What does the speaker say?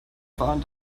waren